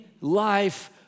life